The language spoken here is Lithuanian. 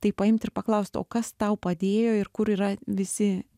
tai paimt ir paklaust o kas tau padėjo ir kur yra visi